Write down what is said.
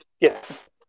Yes